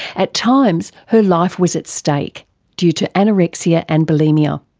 at times her life was at stake due to anorexia and bulimia.